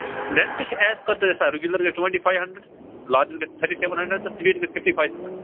رینٛٹہٕ چھ ایٚز پٔر تُہٕنٛدِ حِسابہٕ رِگیوٗلَر گژھِ ٹُوویٚنٹی فایِو ہنٛڈرڈ لارجس گَژھِ تھٔٹی سیٚوَن ہَنٛڈرَڈ تہٕ سُویٖٹ گَژھِ فِفٹی فایِو ہَنٛڈرَڈ